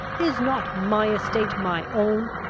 is not my estate my own?